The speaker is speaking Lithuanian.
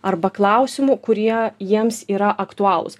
arba klausimų kurie jiems yra aktualūs